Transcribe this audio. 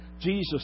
Jesus